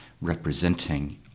representing